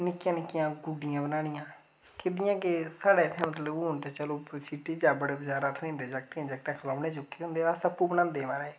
निक्कियां निक्कियां गुड्ढियां बनानियां जियां के साढ़ै इत्थैं मतलब ओह् होंदा चलो सिटी चा बड़े बजारा थ्होई जंदे जागतै गी अस आपूं बनांदे हे महाराज